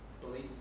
belief